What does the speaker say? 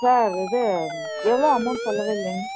sir இது எவ்வளோ amount சொல்லவே இல்லைங்க